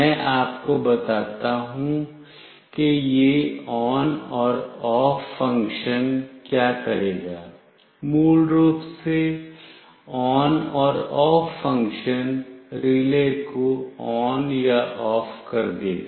मैं आपको बताता हूं कि यह ON और OFF फ़ंक्शन क्या करेगा मूल रूप से ON और OFF फ़ंक्शन रिले को ON या OFF कर देगा